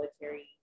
military